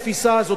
התפיסה הזו,